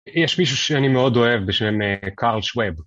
יש מישהו שאני מאוד אוהב בשם קארל שוואב.